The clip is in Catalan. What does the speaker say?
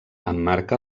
emmarca